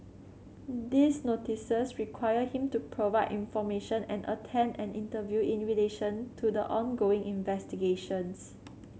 these Notices require him to provide information and attend an interview in relation to the ongoing investigations